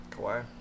Kawhi